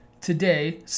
today